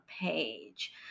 page